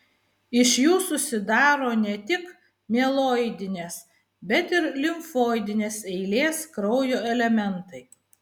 iš jų susidaro ne tik mieloidinės bet ir limfoidinės eilės kraujo elementai